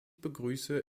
begrüße